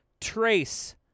Trace